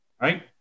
right